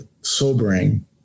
sobering